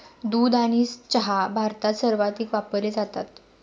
दूध आणि चहा भारतात सर्वाधिक वापरले जातात